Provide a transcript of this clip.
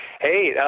hey